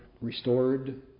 restored